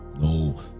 no